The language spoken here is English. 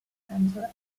angeles